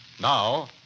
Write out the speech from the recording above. Now